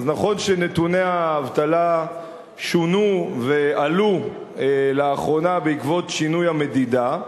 אז נכון שנתוני האבטלה שונו ועלו לאחרונה בעקבות שינוי המדידה,